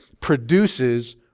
produces